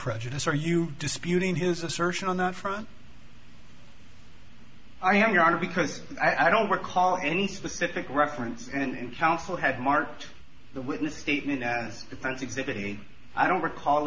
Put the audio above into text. prejudice are you disputing his assertion on that front i have your honor because i don't recall any specific reference and counsel had marked the witness statement as defense exhibit a i don't recall